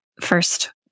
first